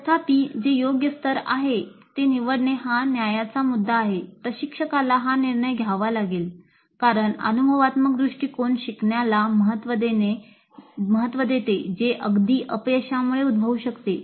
तथापि जे योग्य स्तर आहे ते निवडणे हा न्यायाचा मुद्दा आहे प्रशिक्षकाला हा निर्णय घ्यावा लागेल कारण अनुभवात्मक दृष्टिकोन शिकण्याला महत्त्व देते जे अगदी अपयशामुळे उद्भवू शकते